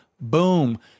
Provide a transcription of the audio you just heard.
Boom